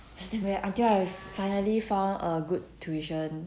last time I very until I finally found a good tuition